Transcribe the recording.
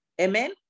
Amen